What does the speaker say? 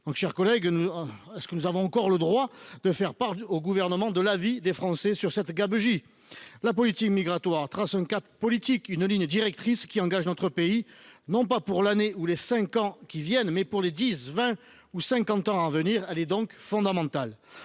Mes chers collègues, avons nous encore le droit de faire part au Gouvernement de l’avis des Français sur cette gabegie ? La politique migratoire trace un cap politique, une ligne directrice qui engage notre pays, non pas pour l’année ou les cinq ans qui viennent, mais pour les dix, vingt ou cinquante prochaines années. Elle est donc fondamentale.